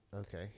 Okay